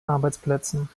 arbeitsplätzen